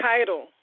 title